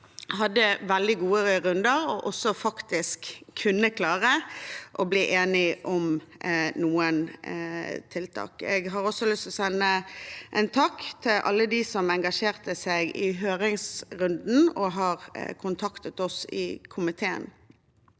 hadde veldig gode runder og faktisk kunne klare å bli enige om noen tiltak. Jeg har også lyst til å sende en takk til alle dem som engasjerte seg i høringsrunden, og som har kontaktet oss i komiteen.